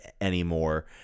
anymore